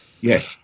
Yes